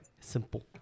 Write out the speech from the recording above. Simple